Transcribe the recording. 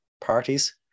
parties